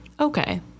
Okay